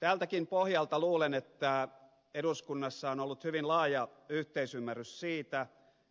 tältäkin pohjalta luulen että eduskunnassa on ollut hyvin laaja yhteisymmärrys siitä